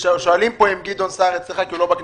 שואלים פה אם גדעון סער אצלך כי הוא לא בכנסת.